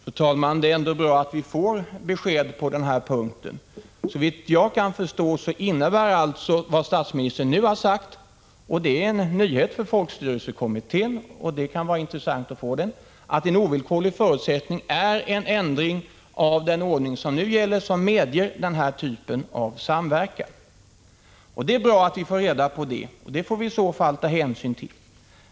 Fru talman! Det är ändå bra att vi får besked på den här punkten. Såvitt jag kan förstå, innebär alltså vad statsministern nu har sagt — det är en nyhet för folkstyrelsekommittén, och det kan vara intressant att få den — att en ovillkorlig förutsättning är en ändring av den ordning som nu gäller, som medger samverkan av den typ som praktiseras av centern och kds. Det är bra att vi får reda på det. Det får vi i så fall ta hänsyn till.